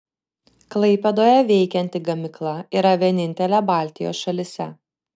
klaipėdoje veikianti gamykla yra vienintelė baltijos šalyse